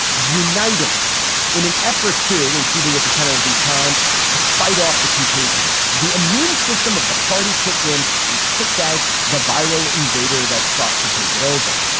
uniting in an effort to in keeping with the tenor of the times to fight off the contagion. the immune system of the party kicked in and kicked out the viral invader that sought to take it over.